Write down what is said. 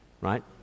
right